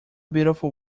beautiful